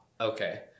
Okay